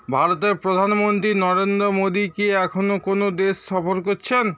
ভারতের প্রধানমন্ত্রী নরেন্দ্র মোদি কি এখনও কোনও দেশ সফর করছেন